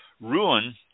ruin